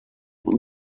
اون